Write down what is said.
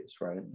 right